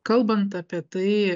kalbant apie tai